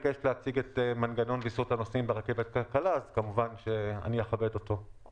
הכי קל ליישם אותה ברכבת הקלה אם יגידו שיורדים ל-20%